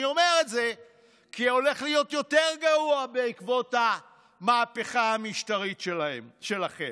אני אומר את זה כי הולך להיות יותר גרוע בעקבות המהפכה המשטרית שלכם.